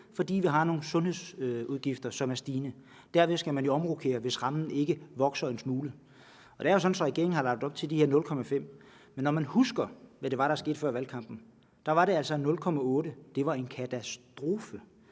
fordi vi har nogle sundhedsudgifter, som er stigende. Man skal jo omrokere, hvis rammen ikke vokser. Og det er jo sådan, at regeringen har lagt op til de her 0,5 pct., men man skal huske, hvad det var, der skete før valgkampen. Da var det sådan, at 0,8 pct. var en katastrofe.